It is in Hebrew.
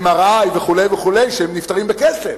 MRI וכו' נפתרים בכסף,